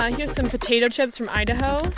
here's some potato chips from idaho.